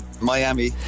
Miami